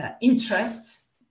interests